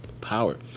power